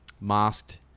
masked